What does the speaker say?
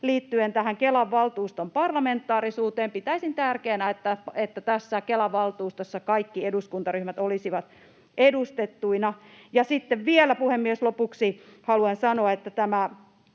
liittyen Kelan valtuuston parlamentaarisuuteen. Pitäisin tärkeänä, että Kelan valtuustossa kaikki eduskuntaryhmät olisivat edustettuina. Ja sitten vielä, puhemies, lopuksi haluan sanoa, että tämä